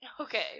Okay